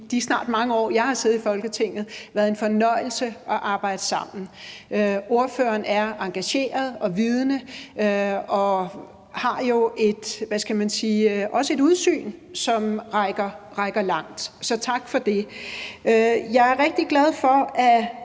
her snart mange år, jeg har siddet i Folketinget, virkelig har været en fornøjelse at arbejde sammen. Ordføreren er engageret og vidende og har jo også, man kan sige et udsyn, som rækker langt. Så tak for det. Jeg er rigtig glad for, at